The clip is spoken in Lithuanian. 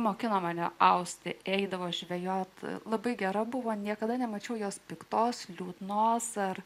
mokino mane austi eidavo žvejoti labai gera buvo niekada nemačiau jos piktos liūdnos ar